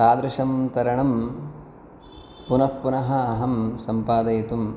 तादृशं तरणं पुनः पुनः अहं सम्पादयितुं